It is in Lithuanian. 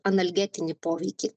analgetinį poveikį